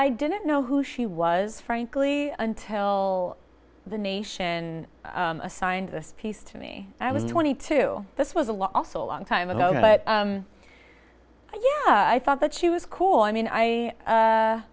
i didn't know who she was frankly until the nation assigned this piece to me i was twenty two this was a lot also a long time ago but yeah i thought that she was cool i mean i